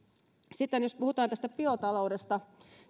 sitten jos puhutaan tästä biotaloudesta